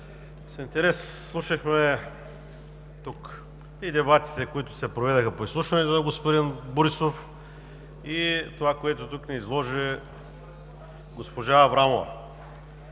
С интерес слушахме тук и дебатите, които се проведоха по изслушването на господин Борисов, и по това, което тук ни изложи госпожа Аврамова.